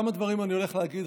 כמה דברים אני הולך להגיד,